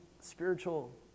spiritual